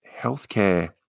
healthcare